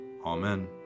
Amen